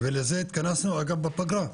ולזה התכנסנו, אגב בפגרה.